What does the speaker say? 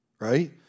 right